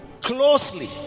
closely